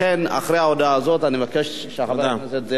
לכן, אחרי ההודעה הזאת אני מבקש שחבר הכנסת, תודה.